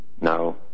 now